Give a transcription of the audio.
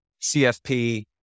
CFP